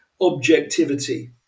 objectivity